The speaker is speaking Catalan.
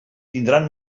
tindran